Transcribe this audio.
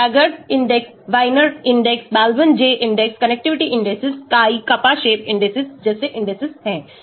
Zagreb index Wiener index Balaban J index connectivity indices Chi kappa shape indices जैसे indices हैं